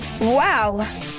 Wow